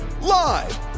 Live